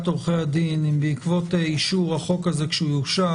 עורכי הדין אם בעקבות אישור החוק כשיאושר,